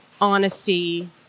honesty